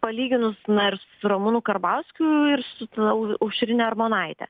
palyginus na ir su ramūnu karbauskiu ir su aušrine armonaite